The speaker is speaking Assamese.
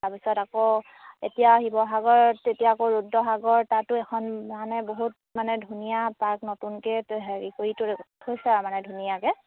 তাৰপিছত আকৌ এতিয়া শিৱসাগৰত তেতিয়া আকৌ ৰুদ্ৰসাগৰ তাতো এখন মানে বহুত মানে ধুনীয়া পাৰ্ক নতুনকৈ হেৰি কৰি থৈছে আৰু মানে ধুনীয়াকৈ